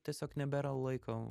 tiesiog nebėra laiko